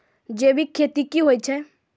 जैविक खेती की होय छै?